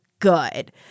good